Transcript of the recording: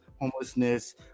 homelessness